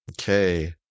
Okay